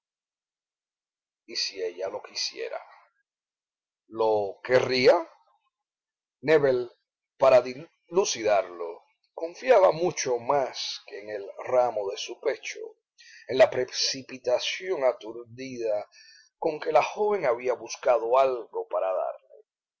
si ella lo quisiera lo querría nébel para dilucidarlo confiaba mucho más que en el ramo de su pecho en la precipitación aturdida con que la joven había buscado algo para darle